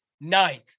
ninth